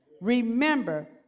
Remember